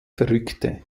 verrückte